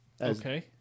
Okay